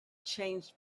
changed